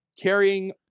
carrying